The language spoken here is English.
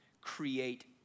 create